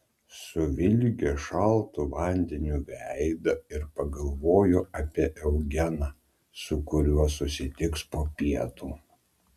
suvilgė šaltu vandeniu veidą ir pagalvojo apie eugeną su kuriuo susitiks po pietų